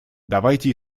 давайте